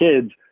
kids